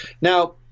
now